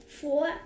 four